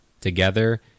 together